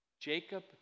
Jacob